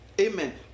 amen